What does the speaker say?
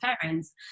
parents